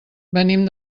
venim